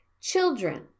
Children